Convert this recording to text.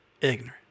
ignorant